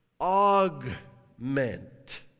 Augment